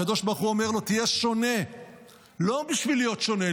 הקדוש ברוך הוא אומר לו: תהיה שונה לא בשביל להיות שונה,